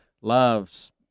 Loves